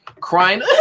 crying